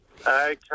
Okay